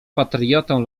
patriotą